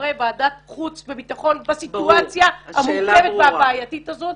חברי ועדת חוץ וביטחון בסיטואציה המורכבת והבעייתית הזו,